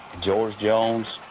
george jones